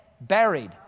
buried